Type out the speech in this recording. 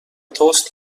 تست